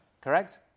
Correct